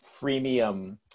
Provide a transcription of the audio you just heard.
freemium